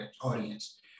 audience